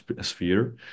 sphere